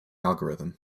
algorithm